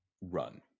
run